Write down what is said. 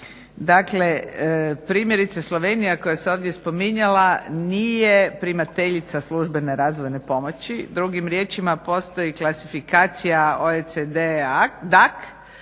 Dakle primjerice Slovenija koja se ovdje spominjala nije primateljica službene razvojne pomoći, drugim riječima postoji klasifikacija …